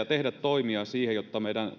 tehdä toimia jotta meidän